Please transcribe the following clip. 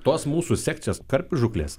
tos mūsų sekcijos karpių žūklės